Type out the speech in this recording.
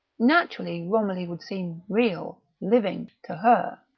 naturally romilly would seem real, living, to her.